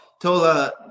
Tola